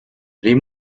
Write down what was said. les